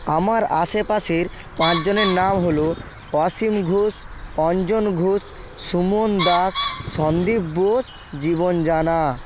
আমার আশেপাশের পাঁচ জনের নাম হল অসীম ঘোষ অঞ্জন ঘোষ সুমন দাস সন্দীপ বোস জীবন জানা